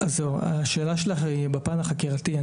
השאלה שלך היא בפן החקירתי.